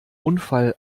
unfall